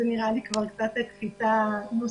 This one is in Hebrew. זה נראה לי קפיצה נוספת.